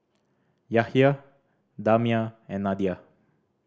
Yahaya Damia and Nadia